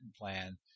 plan